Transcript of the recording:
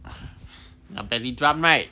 not bad 你专卖